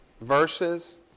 verses